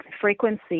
frequency